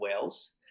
Wales